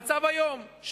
במצב היום,